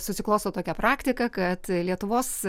susiklosto tokia praktika kad lietuvos